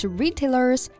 retailers